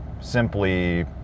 simply